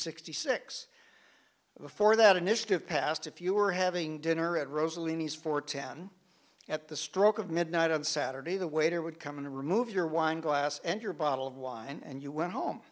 sixty six before that initiative passed if you were having dinner at rosalie's for ten at the stroke of midnight on saturday the waiter would come and remove your wine glass and your bottle of wine and you went home